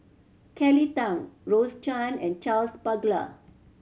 Kelly Tang Rose Chan and Charles Paglar